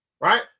right